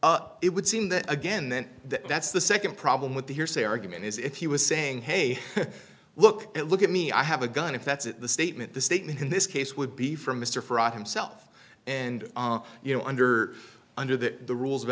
n it would seem that again then that's the second problem with the hearsay argument is if he was saying hey look at look at me i have a gun if that's the statement the statement in this case would be for mr fraud himself and you know under under that the rules of